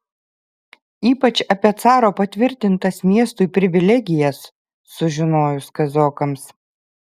ypač apie caro patvirtintas miestui privilegijas sužinojus kazokams